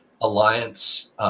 alliance